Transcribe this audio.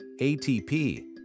ATP